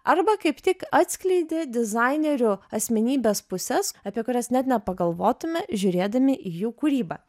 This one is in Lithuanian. arba kaip tik atskleidė dizainerių asmenybės puses apie kurias net nepagalvotume žiūrėdami į jų kūrybą